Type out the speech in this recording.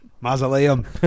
Mausoleum